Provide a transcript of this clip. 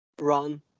run